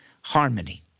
harmony